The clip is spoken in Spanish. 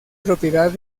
propiedad